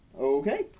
Okay